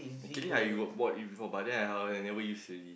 actually I got bought it before but then I never use already